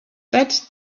that